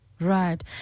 right